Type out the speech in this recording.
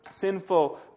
sinful